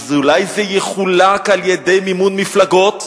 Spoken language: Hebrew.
אז אולי זה יחולק על-ידי מימון מפלגות?